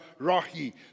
Rahi